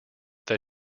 that